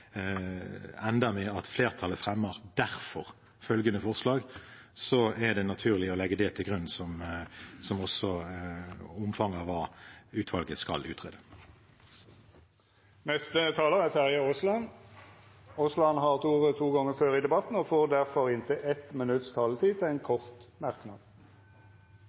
med at «Flertallet fremmer derfor følgende forslag», så er det også naturlig å legge det til grunn som omfanget av det utvalget skal utrede. Terje Aasland har hatt ordet to gonger tidlegare i debatten og får ordet til ein kort merknad, avgrensa til